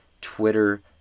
Twitter